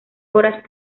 horas